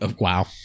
Wow